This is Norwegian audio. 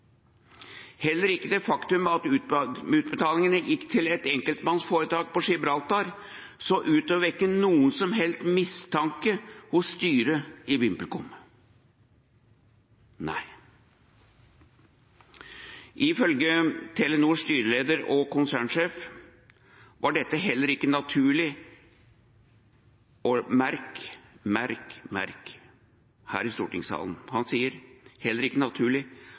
Heller ikke det faktum at utbetalingene gikk til et enkeltmannsforetak på Gibraltar, så ut til å vekke noen som helst mistanke hos styret i VimpelCom – nei. Ifølge Telenors styreleder og konsernsjef var dette heller ikke naturlig – merk dere det her i stortingssalen, han sier «heller ikke naturlig»